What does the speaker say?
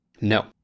No